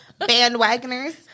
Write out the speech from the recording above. bandwagoners